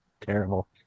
terrible